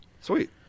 Sweet